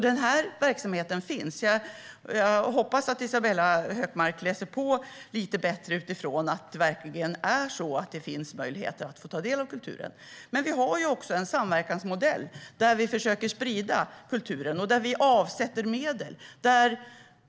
Den här verksamheten finns alltså, och jag hoppas att Isabella Hökmark läser på lite bättre utifrån att det verkligen är så att det finns möjligheter att ta del av kulturen. Vi har dock även en samverkansmodell där vi försöker sprida kulturen och där vi avsätter medel.